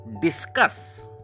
discuss